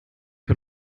hat